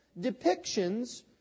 depictions